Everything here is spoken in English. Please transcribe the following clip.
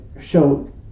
show